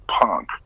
punk